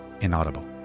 inaudible